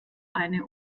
eine